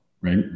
right